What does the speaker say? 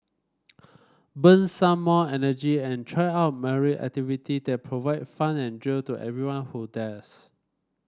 burn some more energy and try out myriad activity that provide fun and thrill to anyone who dares